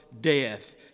death